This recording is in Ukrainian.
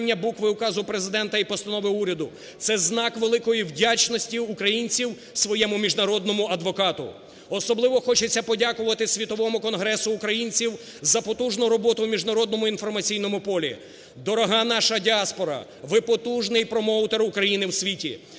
Дорога наша діаспора, ви – потужний промоутер України в світі!